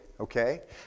okay